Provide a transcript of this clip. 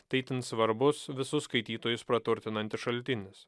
tai itin svarbus visus skaitytojus praturtinantis šaltinis